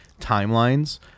timelines